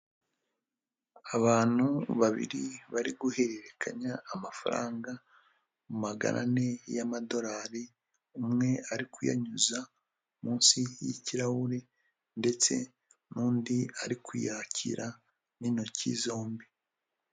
Abantu babiri bari guhererekanya amafaranga magana ane y'amadorari, umwe ari kuyanyuza munsi y'ikirahure ndetse n'undi ari kuyakira n'intoki zombi.